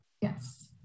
Yes